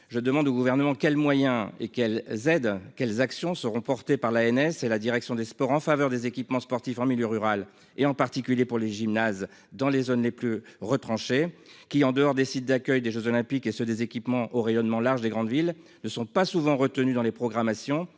Je demande au gouvernement quels moyens et quelles Z quelles actions seront portées par la NS et la direction des sports en faveur des équipements sportifs en milieu rural et en particulier pour les gymnases dans les zones les plus retranché qui en dehors des sites d'accueil des Jeux olympiques et ceux des équipements au rayonnement large des grandes villes ne sont pas souvent retenue dans les programmations